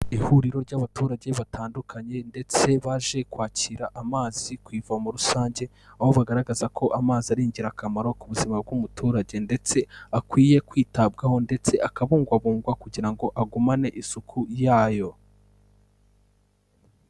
Ihuriro ry'abaturage batandukanye ndetse baje kwakira amazi ku ivomo rusange, aho bagaragaza ko amazi ari ingirakamaro ku buzima bw'umuturage ndetse akwiye kwitabwaho ndetse akabungwabungwa kugira ngo agumane isuku yayo.